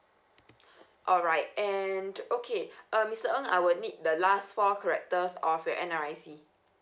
alright and okay uh mister ng I would need the last four characters of your N_R_I_C